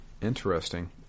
Interesting